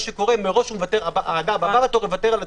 הוא מראש יוותר על הצדק.